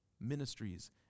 ministries